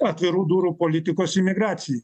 atvirų durų politikos imigracijai